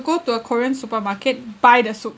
go to a korean supermarket buy the soup